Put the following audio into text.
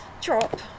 drop